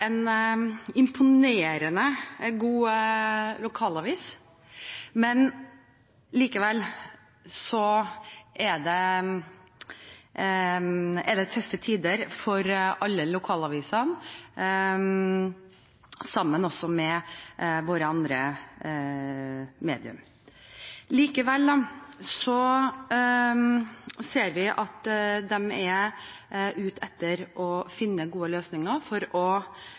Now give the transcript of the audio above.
en imponerende god lokalavis, men det er tøffe tider for alle lokalavisene, sammen med våre andre medium. Likevel ser vi at de er ute etter å finne gode løsninger for ikke bare å